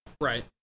right